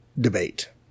debate